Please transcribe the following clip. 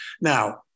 Now